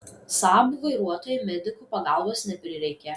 saab vairuotojai medikų pagalbos neprireikė